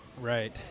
Right